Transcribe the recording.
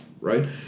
right